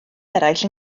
eraill